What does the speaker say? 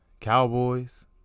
cowboys